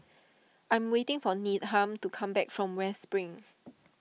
I am waiting for Needham to come back from West Spring